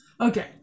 Okay